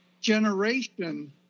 generation